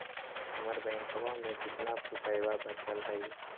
हमर बैंकवा में कितना रूपयवा बचल हई?